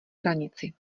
hranici